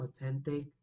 authentic